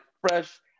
fresh